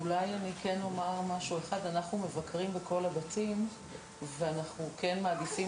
אולי אני כן אומר משהו אחד: אנחנו מבקרים בכל הבתים ואנחנו כן מעדיפים